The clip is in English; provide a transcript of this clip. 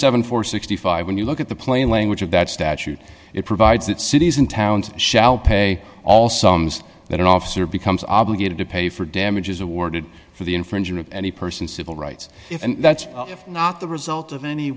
and sixty five dollars when you look at the plain language of that statute it provides that cities and towns shall pay all sums that an officer becomes obligated to pay for damages awarded for the infringer of any person civil rights and that's not the result of any